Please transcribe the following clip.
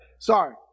Sorry